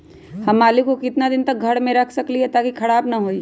हम आलु को कितना दिन तक घर मे रख सकली ह ताकि खराब न होई?